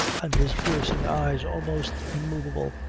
and his piercing eyes almost immovable.